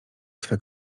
swe